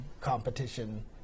competition